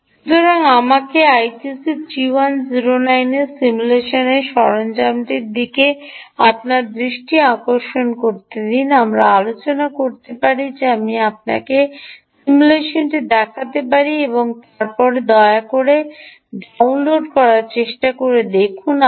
সুতরাং আমাকে ITC3109 এর সিমুলেশন সরঞ্জামটির দিকে আপনার দৃষ্টি আকর্ষণ করতে দিন আমরা আলোচনা করতে পারি যে আমি আপনাকে সিমুলেশনটি দেখাতে পারি এবং তারপরে দয়া করে ডাউনলোড করে নিজে চেষ্টা করে দেখুন